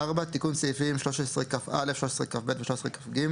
תיקון סעיפים4.בסעיפים 13כא, 13כב ו-13כג